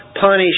punish